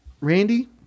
Randy